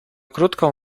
krótką